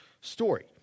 story